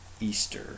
Easter